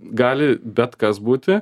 gali bet kas būti